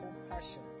compassion